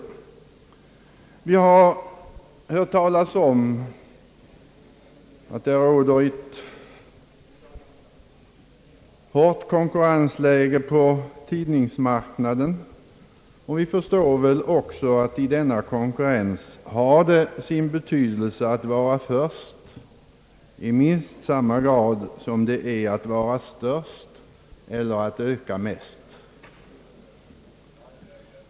Vi har hört talas om att det råder en hård konkurrens på tidningsmarknaden, och vi förstår väl också att det i detta konkurrensläge har sin betydelse att vara först i minst samma grad som det gäller att vara störst eller att öka mest.